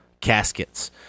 caskets